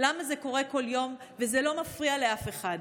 למה זה קורה כל יום וזה לא מפריע לאף אחד?